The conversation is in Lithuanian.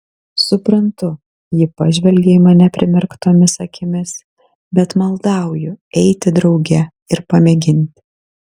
suprantu ji pažvelgė į mane primerktomis akimis bet maldauju eiti drauge ir pamėginti